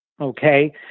Okay